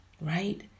right